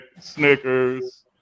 Snickers